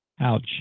Ouch